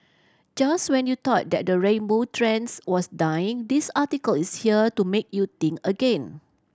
just when you thought that the rainbow trend was dying this article is here to make you think again